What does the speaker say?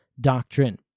doctrine